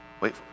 Wait